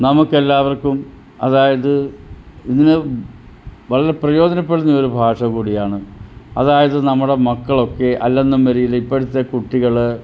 നമുക്കെല്ലാവർക്കും അതായത് ഇതിന് വളരെ പ്രയോജനപ്പെടുന്നൊരു ഭാഷകൂടിയാണ് അതായത് നമ്മുടെ മക്കളൊക്കെ അല്ലെന്നും വരില്ലേ ഇപ്പോഴത്തെ കുട്ടികൾ